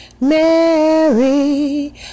Mary